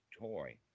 toy